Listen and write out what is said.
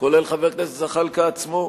כולל חבר הכנסת זחאלקה עצמו,